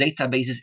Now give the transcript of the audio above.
databases